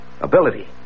ability